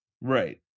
right